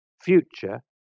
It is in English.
future